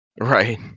right